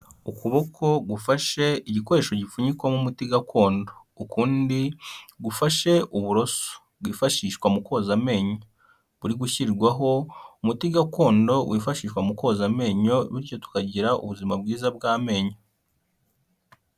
Ukuboko gufashe igikoresho gipfunyikwamo umuti gakondo. Ukundi gufashe uburoso bwifashishwa mu koza amenyo. Buri gushyirirwaho umuti gakondo wifashishwa mu koza amenyo bityo tukagira ubuzima bwiza bw'amenyo.